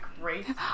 great